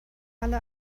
alle